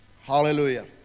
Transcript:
Hallelujah